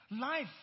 life